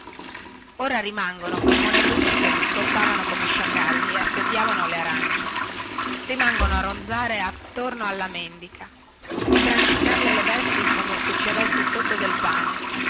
ora rimangono quei monellucci che vi scortavano come sciacalli e assediavano le arance rimangono a ronzare attorno alla mendica e brancicarle le vesti come se ci avesse sotto del pane